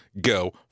go